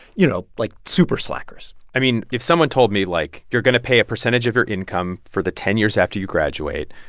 you know, like, super-slackers i mean, if someone told me, like, you're going to pay a percentage of your income for the ten years after you graduate,